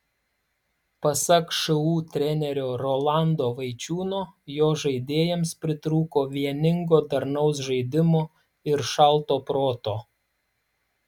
pasak šu trenerio rolando vaičiūno jo žaidėjams pritrūko vieningo darnaus žaidimo ir šalto proto